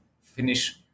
finish